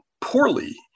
poorly